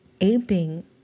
aping